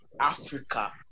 Africa